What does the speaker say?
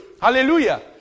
Hallelujah